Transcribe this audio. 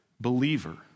believer